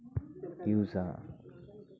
use